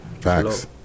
Facts